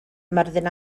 myrddin